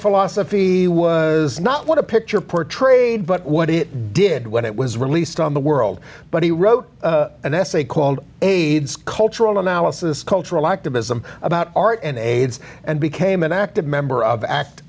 philosophy was not what a picture portrayed but what it did when it was released on the world but he wrote an essay called aids cultural analysis cultural activism about art and aids and became an active member of act